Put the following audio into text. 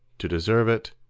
to deserve it,